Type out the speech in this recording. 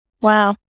Wow